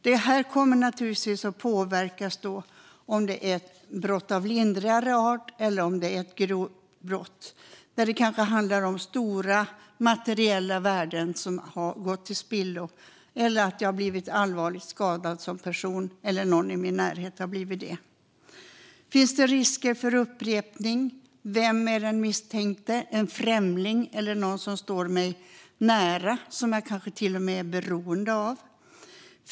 Detta påverkas naturligtvis av om det är ett brott av lindrigare art eller ett grovt brott, där stora materiella värden kanske har gått till spillo eller där jag själv som person eller någon i min närhet har blivit allvarligt skadad. Finns det risker för upprepning? Vem är den misstänkte? Är det en främling eller någon som står mig nära och som jag kanske till och med är beroende av?